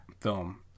film